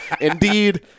indeed